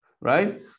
right